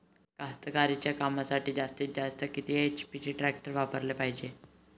कास्तकारीच्या कामासाठी जास्तीत जास्त किती एच.पी टॅक्टर वापराले पायजे?